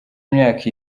imyaka